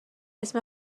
اسم